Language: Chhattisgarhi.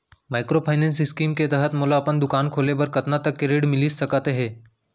माइक्रोफाइनेंस स्कीम के तहत मोला अपन दुकान खोले बर कतना तक के ऋण मिलिस सकत हे?